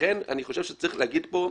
לכן אני חושב שצריך לומר כאן,